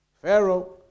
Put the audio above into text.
Pharaoh